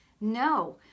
no